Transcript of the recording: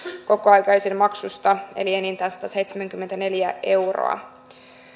kokoaikaisen maksusta eli enintään sataseitsemänkymmentäneljä euroa